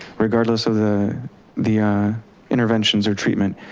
regardless of the the interventions or treatment,